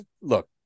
look